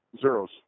Zeros